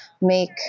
make